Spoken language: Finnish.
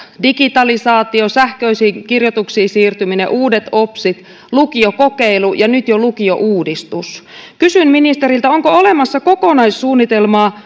digitalisaatio sähköisiin kirjoituksiin siirtyminen uudet opsit lukiokokeilu ja nyt jo lukiouudistus kysyn ministeriltä onko olemassa kokonaissuunnitelmaa